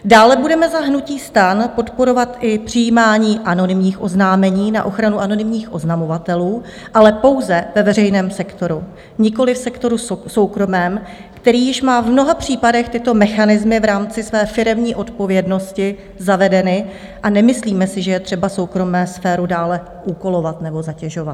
Dále budeme za hnutí STAN podporovat i přijímání anonymních oznámení na ochranu anonymních oznamovatelů, ale pouze ve veřejném sektoru, nikoliv v sektoru soukromém, který již má v mnoha případech tyto mechanismy v rámci své firemní odpovědnosti zavedeny, a nemyslíme si, že je třeba soukromou sféru dále úkolovat nebo zatěžovat.